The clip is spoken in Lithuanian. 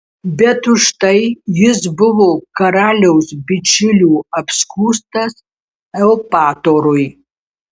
bet už tai jis buvo karaliaus bičiulių apskųstas eupatorui